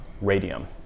radium